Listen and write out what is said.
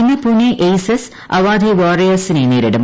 ഇന്ന് പുനെ ഏയ്സസ് അവാധേ വാറിയേഴ്സി നെ നേരിടും